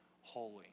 holy